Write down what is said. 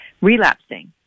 relapsing